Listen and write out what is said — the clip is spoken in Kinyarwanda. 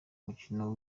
mikino